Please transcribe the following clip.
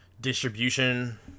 distribution